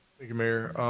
thank you, mayor.